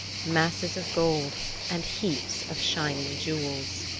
masses of gold and heaps of shining jewels.